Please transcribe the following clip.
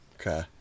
Okay